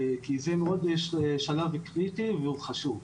כי זה שלב מאוד קריטי וחשוב.